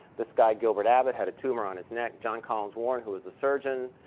this guy gilbert abbott had a tumor on his neck. john collins warren, who was the surgeon,